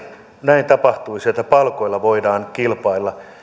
näin tapahtuisi että palkoilla voidaan kilpailla